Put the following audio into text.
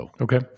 Okay